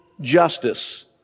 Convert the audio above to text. Justice